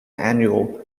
annual